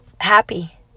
happy